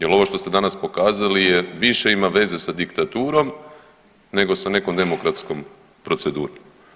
Jel' ovo što ste danas pokazali je više ima veze sa diktaturom nego sa nekom demokratskom procedurom.